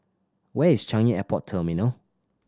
where is Changi Airport Terminal